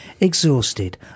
exhausted